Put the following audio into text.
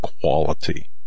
quality